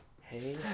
Hey